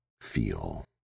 feel